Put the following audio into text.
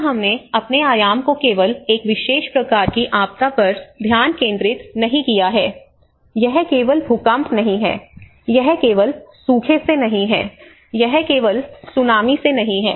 यहां हमने अपने आयाम को केवल एक विशेष प्रकार की आपदा पर ध्यान केंद्रित नहीं किया है यह केवल भूकंप नहीं है यह केवल सूखे से नहीं है यह केवल सुनामी से नहीं है